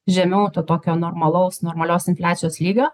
žemiau to tokio normalaus normalios infliacijos lygio